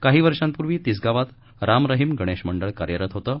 काही वर्षापूर्वी तिसगावात राम रहीम गणेश मंडळ कार्यरत होतं